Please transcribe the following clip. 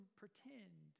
pretend